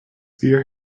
beer